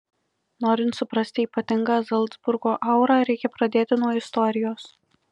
norint suprasti ypatingą zalcburgo aurą reikia pradėti nuo istorijos